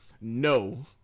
no